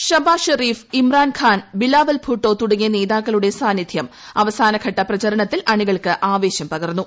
ഷബാസ് ഷെറീഫ് ഇമ്രാൻഖാൻ ബിലാവൽ ഭൂട്ടോ തുടങ്ങിയ നേതാക്കളുടെ സാന്നിദ്ധ്യം അവസാനഘട്ട പ്രചരണത്തിൽ അണികൾക്ക് ആവേശം പകർന്നു